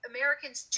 Americans